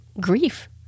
Grief